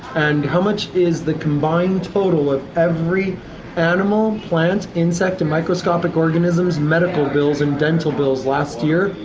and how much is the combined total of every animal, plant, insect and microscopic organism's medical bills and dental bills last year,